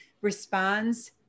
responds